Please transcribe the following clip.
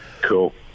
Cool